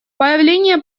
появление